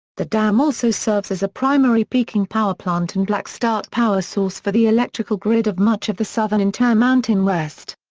the dam also serves as a primary peaking power plant and black start power source for the electrical grid grid of much of the southern intermountain west.